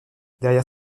derrière